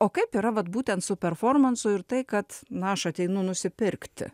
o kaip yra vat būtent su performansu ir tai kad na aš ateinu nusipirkti